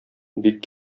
бик